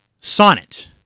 sonnet